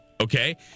Okay